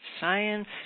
science